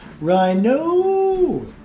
Rhino